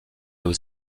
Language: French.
aux